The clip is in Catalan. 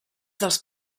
dels